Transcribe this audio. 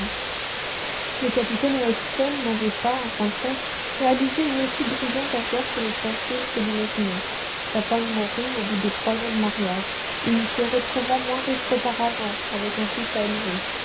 le capitaine weston n'avait pas en fin de compte réalisé une aussi brillante affaire que les churchill se l'imaginaient sa femme mourut au bout de trois ans de mariage et il se retrouva moins riche qu'auparavant avec un fils